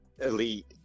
Elite